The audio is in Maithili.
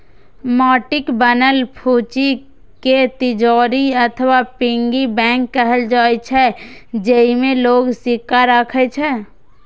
माटिक बनल फुच्ची कें तिजौरी अथवा पिग्गी बैंक कहल जाइ छै, जेइमे लोग सिक्का राखै छै